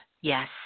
Yes